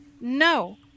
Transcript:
No